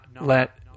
let